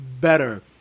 better